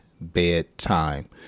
bedtime